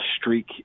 streak